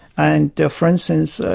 and for instance, ah